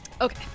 okay